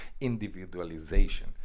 individualization